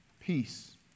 Peace